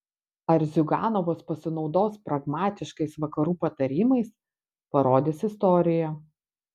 ar ziuganovas pasinaudos pragmatiškais vakarų patarimais parodys istorija